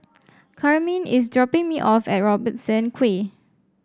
Carmine is dropping me off at Robertson Quay